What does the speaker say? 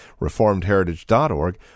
reformedheritage.org